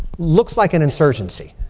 looks like an insurgency.